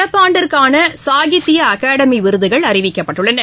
நடப்பாண்டிற்கானசாகித்யஅகாடமிவிருதுகள் அறிவிக்கப்பட்டுள்ளன